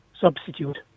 substitute